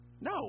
No